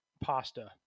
pasta